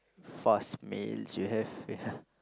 fast meals you have yeah